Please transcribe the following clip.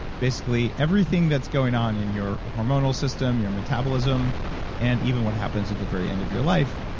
basically, everything that's going on in your hormonal system, your metabolism and even what happens at the very end of your life.